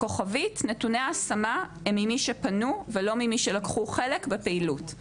כוכבית - נתוני ההשמה הם ממי שפנו ולא ממי שלקחו חלק בפעילות.